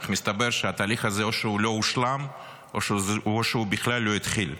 אך מסתבר שהתהליך הזה לא הושלם או שבכלל גם לא התחיל.